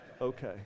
okay